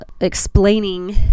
explaining